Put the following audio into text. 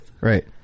Right